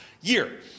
year